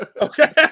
Okay